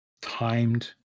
timed